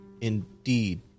Indeed